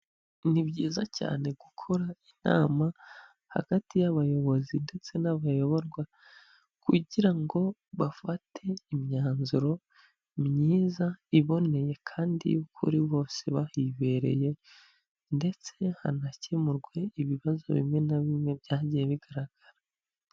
Ni byiza cyane gukora inama hagati y'abayobozi ndetse n'abayoborwa kugira ngo bafate imyanzuro myiza iboneye kandi y'ukuri bose bahibereye ndetse hanakemurwe ibibazo bimwe na bimwe byagiye bigaragara.